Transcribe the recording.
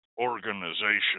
organization